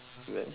well